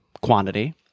quantity